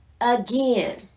again